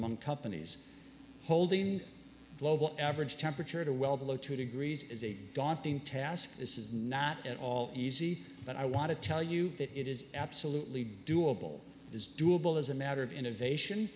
among companies holding global average temperature to well below two degrees is a daunting task this is not at all easy but i want to tell you that it is absolutely doable is doable as a matter of innovation